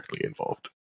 involved